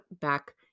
back